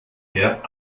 her